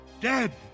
Dead